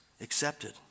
accepted